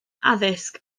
addysg